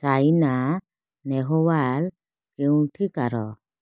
Saina Nehwal କେଉଁଠିକାର